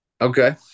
Okay